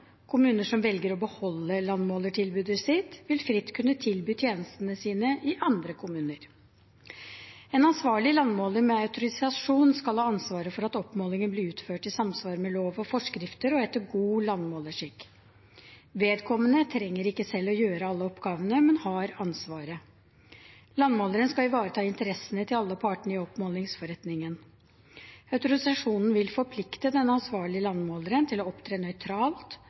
Kommuner som velger å beholde landmålertilbudet sitt, vil fritt kunne tilby tjenestene sine i andre kommuner. En ansvarlig landmåler med autorisasjon skal ha ansvaret for at oppmålingen blir utført i samsvar med lov og forskrifter og etter god landmålerskikk. Vedkommende trenger ikke selv å gjøre alle oppgavene, men har ansvaret. Landmåleren skal ivareta interessene til alle partene i oppmålingsforretningen. Autorisasjonen vil forplikte den ansvarlige landmåleren til å opptre nøytralt,